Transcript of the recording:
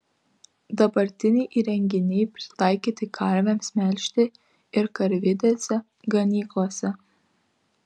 dabartiniai įrenginiai pritaikyti karvėms melžti ir karvidėse ganyklose